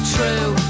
True